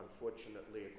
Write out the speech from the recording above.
unfortunately